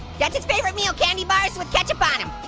that's his favorite meal, candy bars with ketchup on em.